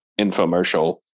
infomercial